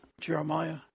Jeremiah